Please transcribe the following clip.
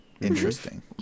Interesting